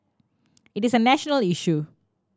it is a national issue